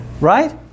right